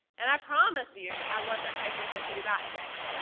and i promise you, i wasn't hiking quickly that day.